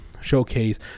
showcase